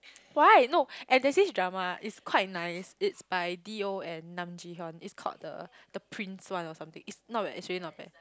why no and there's this drama it's quite nice it's by D_O and Nam-Ji-Hyun is called the the prince one or something it's not bad is really not bad